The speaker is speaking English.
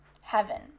heaven